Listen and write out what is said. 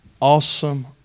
awesome